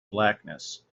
blackness